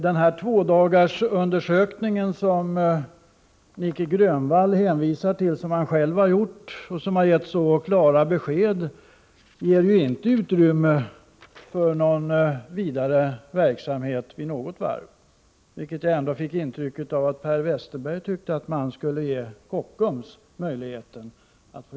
Den tvådagarsundersökning som Nic Grönvall hänvisar till — som han själv har gjort och som ger så klara besked — lämnar inte utrymme för fortsatt verksamhet vid något varv. Men jag fick intrycket att Per Westerberg tyckte att Kockums skulle ges en sådan möjlighet.